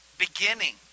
beginning